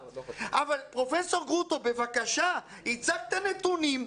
פרופ' גרוטו, בבקשה, הצגת נתונים.